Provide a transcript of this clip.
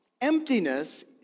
Emptiness